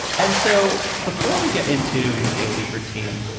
and so before we get into your daily routine,